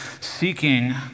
seeking